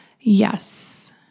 Yes